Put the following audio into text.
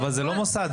אבל זה לא מוסד.